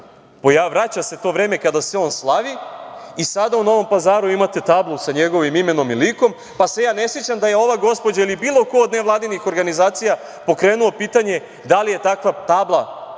godina, vraća se to vreme kada se on slavi i sada u Novom Pazaru imate tablu sa njegovim imenom i likom, pa se ja ne sećam da je ova gospođa ili bilo ko od nevladinih organizacija pokrenuo pitanje da li je takva tabla potrebna